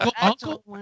Uncle